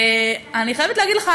אני חייבת להגיד לך,